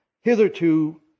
hitherto